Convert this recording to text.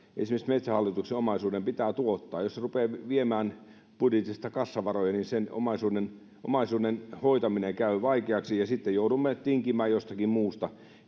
esimerkiksi metsähallituksen omaisuuden pitää tuottaa jos se rupeaa viemään budjetista kassavaroja niin sen omaisuuden omaisuuden hoitaminen käy vaikeaksi ja sitten joudumme tinkimään jostakin muusta